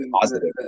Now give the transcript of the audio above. positive